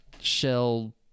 shell